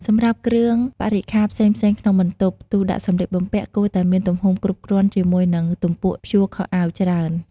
សម្រាប់គ្រឿងបរិក្ខារផ្សេងៗក្នុងបន្ទប់ ទូដាក់សំលៀកបំពាក់ គួរតែមានទំហំគ្រប់គ្រាន់ ជាមួយនឹង ទំពួកព្យួរខោអាវច្រើន។